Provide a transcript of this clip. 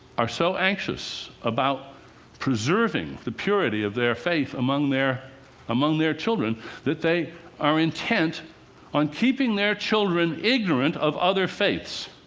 are so anxious about preserving the purity of their faith among their among their children that they are intent on keeping their children ignorant of other faiths.